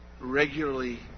regularly